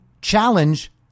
challenge